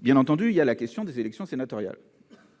Bien entendu, la question des élections sénatoriales